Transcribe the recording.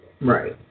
right